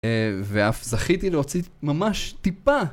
ואף זכיתי להוציא ממש טיפה